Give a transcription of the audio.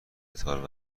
اعتبار